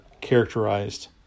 characterized